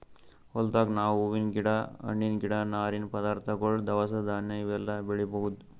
ಹೊಲ್ದಾಗ್ ನಾವ್ ಹೂವಿನ್ ಗಿಡ ಹಣ್ಣಿನ್ ಗಿಡ ನಾರಿನ್ ಪದಾರ್ಥಗೊಳ್ ದವಸ ಧಾನ್ಯ ಇವೆಲ್ಲಾ ಬೆಳಿಬಹುದ್